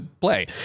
play